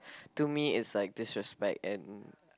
to me is like disrespect and